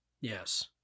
Yes